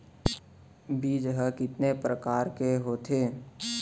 बीज ह कितने प्रकार के होथे?